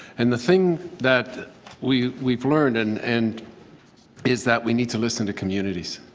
and the thing that we we've learned and and is that we need to listen to communities.